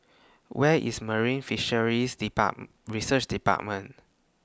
Where IS Marine Fisheries depart Research department